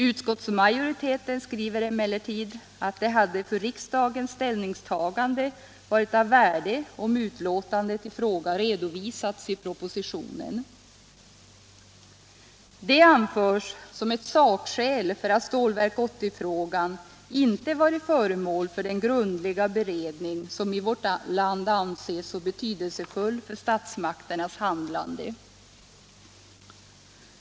Utskottsmajoriteten skriver emellertid att det hade ”för riksdagens ställningstagande varit av värde om utlåtandet i fråga redovisats i propositionen”. Detta anförs som ett sakskäl för att Stålverk 80-frågan inte varit föremål för den grundliga beredning som i vårt land anses så betydelsefull för statsmakternas handlande.